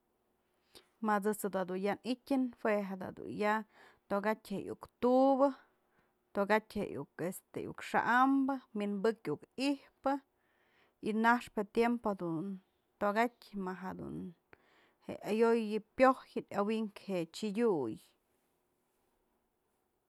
Ma ëjt's dun ya ityë jue da dun ya, tokatyë je iukë tubë, tokatyë je iukë este iukë xa'ambë, wi'inbëkyë iukë ijpë y naxpë je tiempo jedun tokatyë ma jadun je ayo'oy pyojën y awynkë je t'siadyuy.